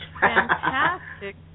Fantastic